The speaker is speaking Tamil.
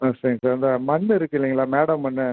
ஆ சரிங்க சார் இந்த மண் இருக்குது இல்லைங்களா மேட மண்